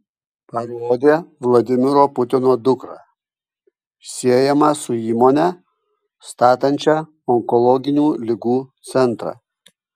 parodė vladimiro putino dukrą siejama su įmone statančia onkologinių ligų centrą